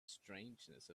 strangeness